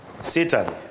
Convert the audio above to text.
Satan